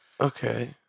Okay